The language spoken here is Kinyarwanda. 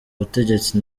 butegetsi